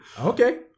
Okay